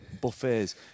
buffets